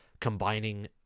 combining